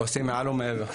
עושים מעל ומעבר.